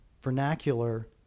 vernacular